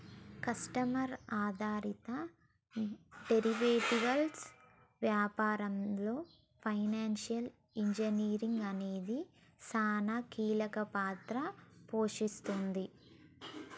customer ఆధారిత derivatives వ్యాపారంలో financial engineering అనేది సానా కీలక పాత్ర పోషిస్తుంది